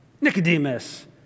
Nicodemus